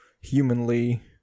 humanly